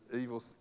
evil